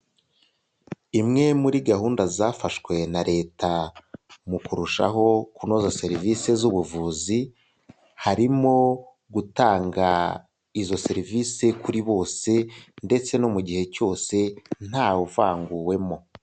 Imwe muri gahunda zafashwe na leta mu kurushaho kunoza serivisi z'ubuvuzi, harimo gutanga izo serivisi kuri bose ndetse no mu gihe cyose ntawuvanguwemo.